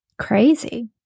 crazy